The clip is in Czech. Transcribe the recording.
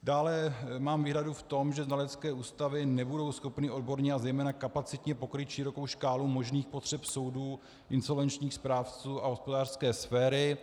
Dále mám výhradu v tom, že znalecké ústavy nebudou schopny odborně a zejména kapacitně pokrýt širokou škálu možných potřeb soudů, insolvenčních správců a hospodářské sféry.